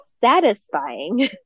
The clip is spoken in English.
satisfying